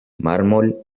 mármol